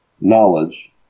knowledge